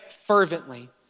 fervently